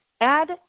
add